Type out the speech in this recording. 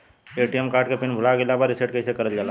ATM card के pin भूला गइल बा रीसेट कईसे करल जाला?